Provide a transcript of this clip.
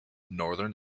northern